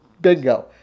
bingo